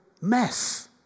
mess